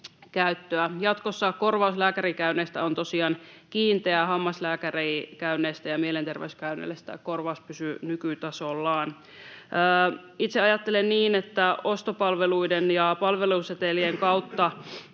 Jatkossa korvaus lääkärikäynneistä on tosiaan kiinteä. Hammaslääkärikäynneistä ja mielenterveyskäynneistä korvaus pysyy nykytasollaan. Itse ajattelen niin, että ostopalveluiden ja palvelusetelien kautta